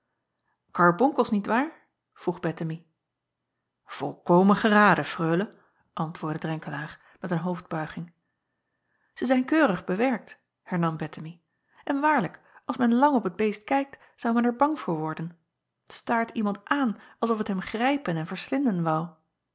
arbonkels niet waar vroeg ettemie olkomen geraden reule antwoordde renkelaer met een hoofdbuiging e zijn keurig bewerkt hernam ettemie en waarlijk als men lang op het beest kijkt zou men er bang voor worden t staart iemand aan als of het hem grijpen en verslinden woû